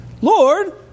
Lord